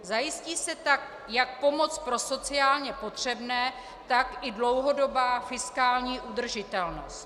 Zajistí se tak jak pomoc pro sociálně potřebné, tak i dlouhodobá fiskální udržitelnost.